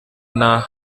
nta